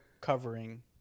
covering